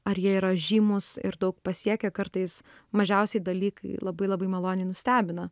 ar jie yra žymūs ir daug pasiekę kartais mažiausiai dalykai labai labai maloniai nustebina